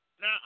Now